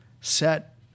set